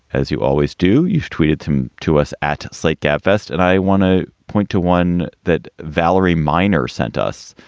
as you always do. you tweeted to to us at slate gabfests. and i want to point to one that valerie miner sent us.